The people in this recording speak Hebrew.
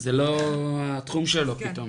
זה לא התחום שלו פתאום.